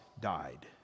died